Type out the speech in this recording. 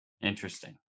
interesting